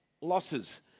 losses